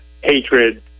hatred